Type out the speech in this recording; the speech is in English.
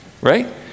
right